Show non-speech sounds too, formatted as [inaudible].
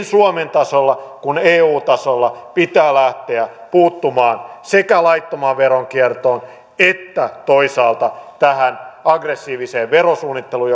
[unintelligible] suomen tasolla kuin eu tasolla pitää pikaisesti lähteä puuttumaan sekä laittomaan veronkiertoon että toisaalta tähän aggressiiviseen verosuunnitteluun [unintelligible]